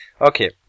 Okay